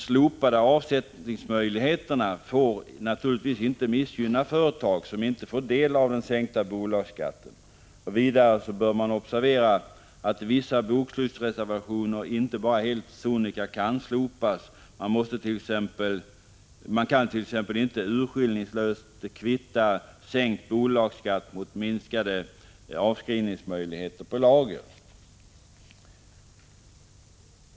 Slopandet av avsättningsmöjligheterna får naturligtvis inte missgynna företag som inte får del av sänkningen av bolagsskatten. Vidare bör man observera att vissa bokslutsreservationer inte bara helt sonika kan slopas. Man kan t.ex. inte urskillningslöst kvitta sänkt bolagsskatt mot minskade avskrivningsmöjligheter på lager.